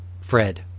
Fred